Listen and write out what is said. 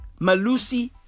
Malusi